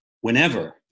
whenever